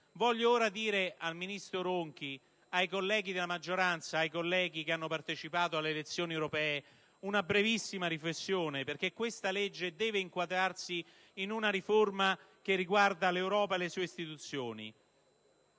Voglio ora esporre al ministro Ronchi, ai colleghi della maggioranza e ai colleghi che hanno partecipato alle elezioni europee una brevissima riflessione. Questa legge deve inquadrarsi in una riforma che riguarda l'Europa e le sue istituzioni.